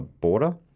border